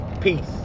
peace